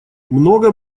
много